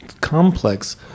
complex